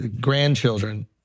grandchildren